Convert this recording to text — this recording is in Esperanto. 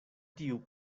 tiu